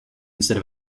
instead